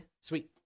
Sweet